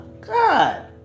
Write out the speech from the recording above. god